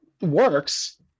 works